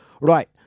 right